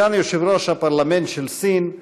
סגן יושב-ראש הפרלמנט של סין,